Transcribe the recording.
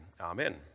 Amen